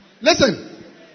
Listen